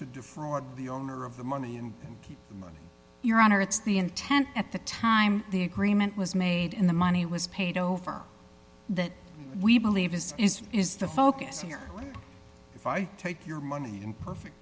defraud the owner of the money and your honor it's the intent at the time the agreement was made in the money was paid over that we believe is is is the focus here if i take your money and perfect